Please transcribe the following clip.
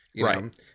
Right